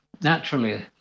naturally